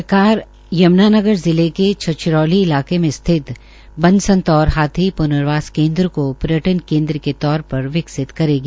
सरकार यम्नानगर जिले के छछरौली इलाके में स्थित बत संतौर हाथी पूर्नवास केन्द्र को पर्यटन केन्द्र के तौर पर विकसित करेगी